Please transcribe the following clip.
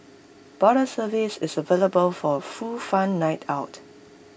bottle service is available for full fun night out